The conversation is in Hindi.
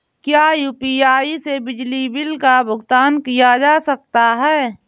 क्या यू.पी.आई से बिजली बिल का भुगतान किया जा सकता है?